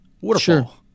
waterfall